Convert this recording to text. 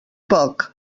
poc